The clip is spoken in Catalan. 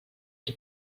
que